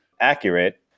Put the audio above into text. accurate